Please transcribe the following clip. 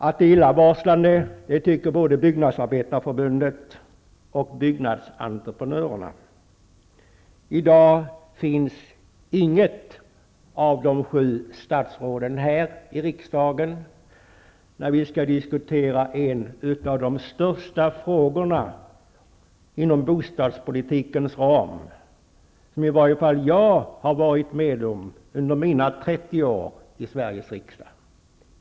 Att det är illavarslande tycker både I dag finns inget av de sju statsråden här i riksdagen, när vi skall diskutera en av de största frågor inom bostadspolitikens ram som i varje fall jag har varit med om under mina 30 år i Sveriges riksdag.